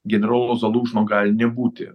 generolo zalūžno gali nebūti